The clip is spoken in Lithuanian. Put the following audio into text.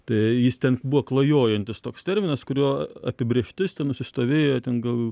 tai jis ten buvo klajojantis toks terminas kurio apibrėžtis nusistovėjo ten gal